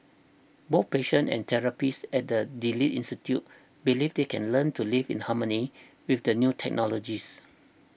both patients and therapists at the Delete Institute believe they can learn to live in harmony with the new technologies